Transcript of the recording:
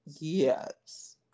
Yes